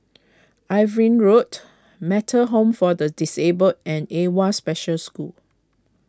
Irving Road Metta Home for the Disabled and Awwa Special School